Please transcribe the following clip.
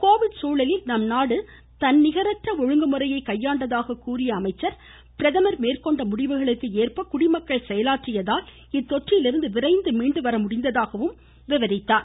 Covid சூழலில் நம்நாடு தன்னிகரற்ற ஒழுங்குமுறையை கையாண்டதாக கூறிய அவர் பிரதமர் மேற்கொண்ட முடிவுகளுக்கு ஏற்ப குடிமக்கள் செயலாற்றியதால் இத்தொற்றிலிருந்து விரைந்து மீண்டு வர முடிந்ததாக குறிப்பிட்டார்